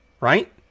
right